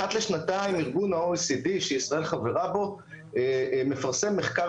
אחת לשנתיים ארגון ה-OECD שישראל חברה בו מפרסם מחקר